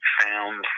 found